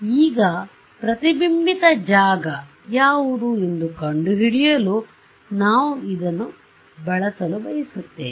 ಈಗ ಪ್ರತಿಬಿಂಬಿತ ಜಾಗ ಯಾವುದು ಎಂದು ಕಂಡುಹಿಡಿಯಲು ನಾವು ಇದನ್ನು ಬಳಸಲು ಬಯಸುತ್ತೇವೆ